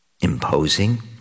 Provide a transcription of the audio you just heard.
Imposing